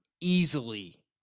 easily